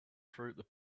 throughout